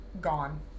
gone